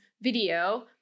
video